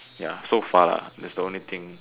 ya so far like that's the only thing